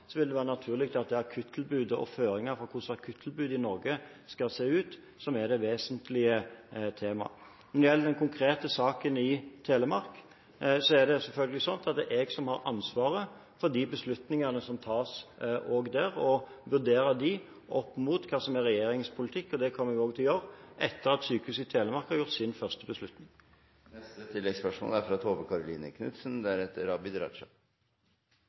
vil det være naturlig at det er akuttilbudet og føringer for hvordan akuttilbudet i Norge skal se ut som er det vesentlige temaet. Når det gjelder den konkrete saken i Telemark, er det selvfølgelig jeg som har ansvaret for de beslutningene som tas der også og vurderer dem opp mot hva som er regjeringens politikk. Det kommer jeg også til å gjøre etter at sykehuset i Telemark har gjort sin første beslutning. Tove Karoline Knutsen – til oppfølgingsspørsmål. Det er